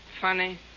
Funny